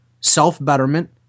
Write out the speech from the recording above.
self-betterment